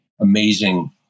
amazing